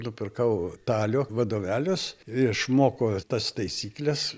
nupirkau talio vadovelius ir išmoko tas taisykles